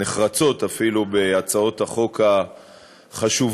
נחרצות אפילו, בהצעות החוק החשובות